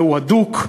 והוא הדוק.